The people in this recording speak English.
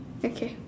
okay